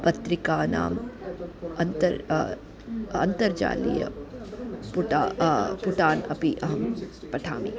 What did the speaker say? पत्रिकानाम् अनन्तरं अन्तर्जालीयपुटान् पुटान् अपि पठामि